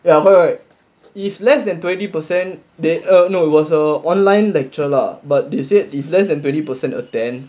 ya correct correct it's less than twenty percent err they no it was a online lecture lah but they said if less than twenty percent attend